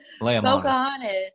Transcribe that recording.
Pocahontas